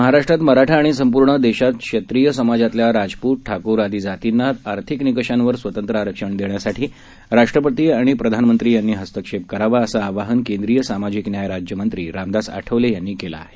महाराष्ट्रात मराठा आणि संपूर्ण देशात क्षत्रिय समाजातल्या राजपूत ठाकूर आदी जातींना आर्थिक निकषांवर स्वतंत्र आरक्षण देण्यासाठी राष्ट्रपती आणि प्रधानमंत्री यांनी हस्तक्षेप करावा असं आवाहन केंद्रीय सामाजिक न्याय राज्य मंत्री रामदास आठवले यांनी केलं आहे